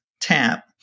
tap